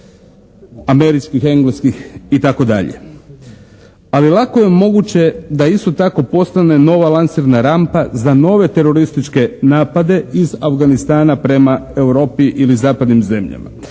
američkih, engleskih itd. Ali lako je moguće da isto tako postane nova lansirna rampa za nove terorističke napade iz Afganistana prema Europi ili zapadnim zemljama.